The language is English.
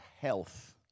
health